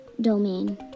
domain